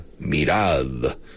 mirad